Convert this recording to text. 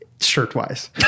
shirt-wise